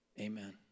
Amen